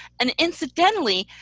and incidentally,